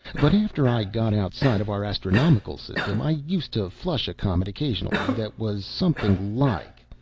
but after i got outside of our astronomical system, i used to flush a comet occasionally that was something like.